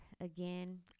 again